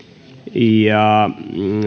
ja